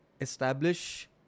establish